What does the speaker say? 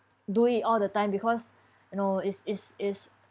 do it all the time because you know is is is